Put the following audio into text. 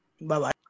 Bye-bye